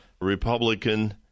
Republican